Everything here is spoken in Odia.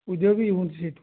ଉଦୟ ବି ହୁଅନ୍ତି ସେହିଟି